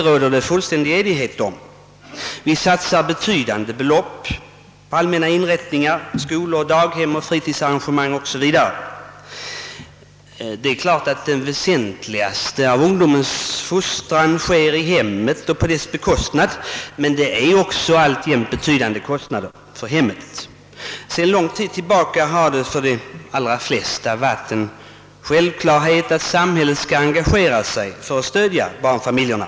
Vi satsar ju också betydande belopp på allmänna inrättningar, skolor, daghem, fritidsarrangemang etc. Men den väsentligaste delen av ungdomens fostran sker i hemmen och på deras bekostnad — och de kostnaderna är alltjämt betydande. Det har också sedan lång tid tillbaka varit självklart för de flesta att samhället skall stödja barnfamiljerna.